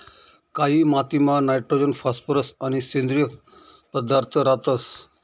कायी मातीमा nitrogen phosphorus आणि सेंद्रिय पदार्थ रातंस